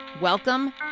Welcome